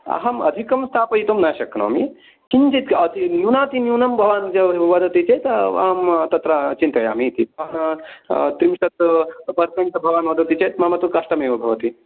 अहं अधिकं स्थापयितुं न शक्नोमि किञ्चित् अतिन्यूनातिन्यूनं भवान् व वदति चेत् अहं तत्र चिन्तयामि इति त्रिंशत् पर्सेण्ट् भवान् वदति चेत् मम तु कष्टमेव भवति